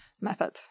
method